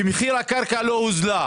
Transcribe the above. שמחיר הקרקע לא הוזל.